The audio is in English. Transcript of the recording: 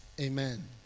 Amen